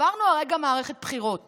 עברנו הרגע מערכת בחירות